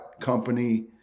company